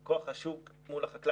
הוא כוח השוק מול החקלאי,